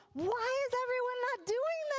why is everyone not doing this?